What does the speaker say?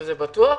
זה בטוח?